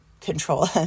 control